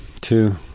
Two